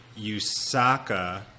Usaka